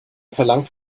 verlangt